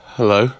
Hello